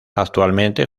actualmente